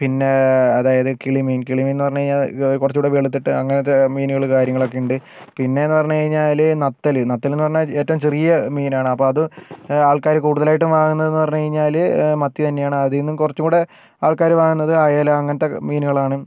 പിന്നെ അതായത് കിളിമീൻ കിളിമീൻ എന്ന് പറഞ്ഞു കഴിഞ്ഞാൽ കുറച്ചും കൂടെ വെളുത്തിട്ട് അങ്ങനത്തെ മീനുകള് കാര്യങ്ങളൊക്കെയുണ്ട് പിന്നേന്ന് പറഞ്ഞ് കഴിഞ്ഞാല് നത്തല് നത്തല് എന്ന് പറഞ്ഞാൽ ഏറ്റവും ചെറിയ മീനാണ് അപ്പോൾ അതും ആൾക്കാര് കൂടുതലായിട്ടും വാങ്ങുന്നതെന്ന് പറഞ്ഞു കഴിഞ്ഞാല് മത്തി തന്നെയാണ് അതിൽ നിന്ന് കുറച്ചും കൂടെ ആൾക്കാര് വാങ്ങുന്നത് അയല അങ്ങനത്തെ മീനുകളാണ്